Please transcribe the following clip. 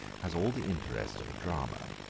has all the interest of a drama.